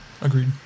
Agreed